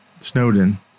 Snowden